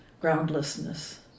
groundlessness